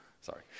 Sorry